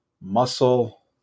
muscle